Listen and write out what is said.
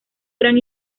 gran